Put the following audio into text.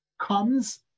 comes